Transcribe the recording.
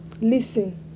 Listen